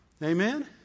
Amen